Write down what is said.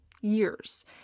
years